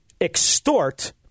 extort